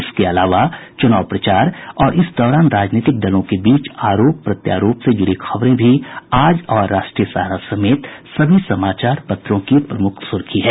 इसके अलावा चुनाव प्रचार और इस दौरान राजनीतिक दलों के बीच आरोप प्रत्यारोप से जुड़ी खबरें भी आज और राष्ट्रीय सहारा समेत सभी समाचार पत्रों की प्रमुख सुर्खी है